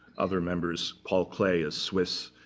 other members, paul klee is swiss.